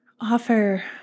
offer